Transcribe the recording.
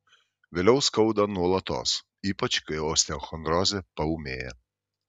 vėliau skauda nuolatos ypač kai osteochondrozė paūmėja